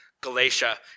Galatia